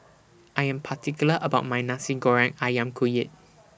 I Am particular about My Nasi Goreng Ayam Kunyit